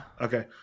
okay